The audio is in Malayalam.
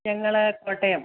ഞങ്ങൾ കോട്ടയം